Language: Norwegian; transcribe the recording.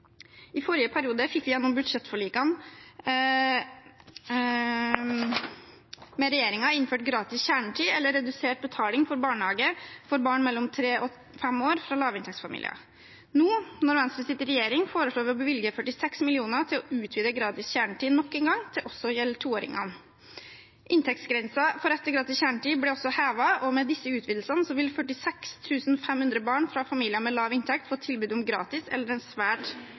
I forrige periode fikk vi gjennom budsjettforlikene med regjeringen innført gratis kjernetid eller redusert betaling for barnehage for barn mellom tre og fem år fra lavinntektsfamilier. Nå, når Venstre sitter i regjering, foreslår vi å bevilge 46 mill. kr til å utvide gratis kjernetid nok en gang, til også å gjelde toåringene. Inntektsgrensene for gratis kjernetid ble også hevet, og med disse utvidelsene vil 46 500 barn fra familier med lav inntekt få tilbud om gratis eller en svært